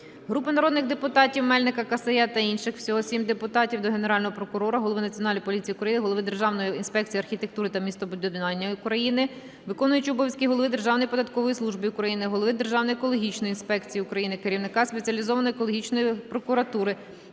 Групи народних депутатів (Мельника, Касая та інших. Всього 7 депутатів) до Генерального прокурора, Голови Національної поліції України, Голови Державної інспекції архітектури та містобудування України, виконуючого обов'язки Голови Державної податкової служби України, Голови Державної екологічної інспекції України, керівника Спеціалізованої екологічної прокуратури,